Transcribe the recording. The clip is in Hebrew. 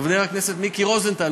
חבר הכנסת מיקי רוזנטל,